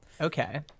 Okay